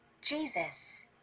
Jesus